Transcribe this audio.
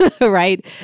right